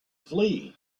flee